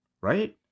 right